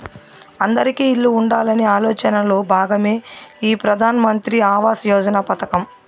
అందిరికీ ఇల్లు ఉండాలనే ఆలోచనలో భాగమే ఈ ప్రధాన్ మంత్రి ఆవాస్ యోజన పథకం